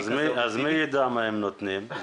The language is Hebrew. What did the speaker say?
אז מי יידע מה הם נותנים?